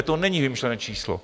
To není vymyšlené číslo.